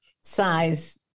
size